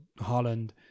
Holland